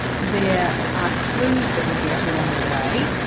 there are clues that we get along the way,